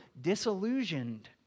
disillusioned